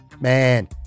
Man